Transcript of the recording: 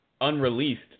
Unreleased